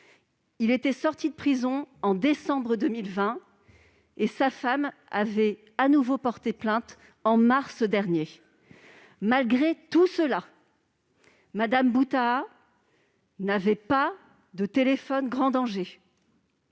était sorti de prison en décembre 2020, sa femme avait de nouveau porté plainte en mars dernier. Malgré cela, Mme Boutaa n'avait pas de téléphone grave danger,